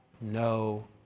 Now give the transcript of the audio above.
no